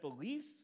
beliefs